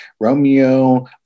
Romeo